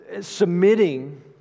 Submitting